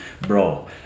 bro